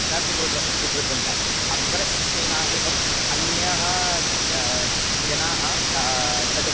न स्वीकृतं स्वीकृतवन्तः अक्बरस्य सेना एवम् अन्यः स् जनाः तद्